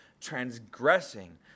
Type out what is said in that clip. transgressing